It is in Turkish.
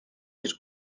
bir